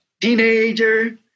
teenager